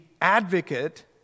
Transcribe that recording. advocate